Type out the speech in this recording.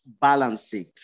balancing